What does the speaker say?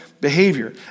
behavior